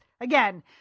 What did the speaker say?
Again